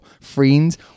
friends